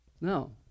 No